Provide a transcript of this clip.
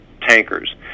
tankers